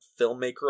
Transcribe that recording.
filmmaker